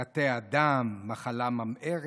תתי-אדם, מחלה ממארת,